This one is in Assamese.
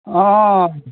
অঁ